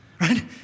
right